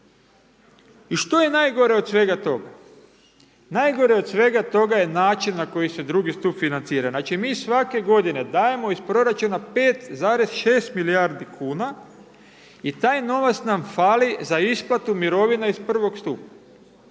I što je najgore od svega toga, najgore od svega toga je način na koji se drugi stup financira, znači mi svake godine dajemo iz proračuna 5,6 milijardi kuna i taj novac nam fali za isplatu mirovina iz prvog stupa.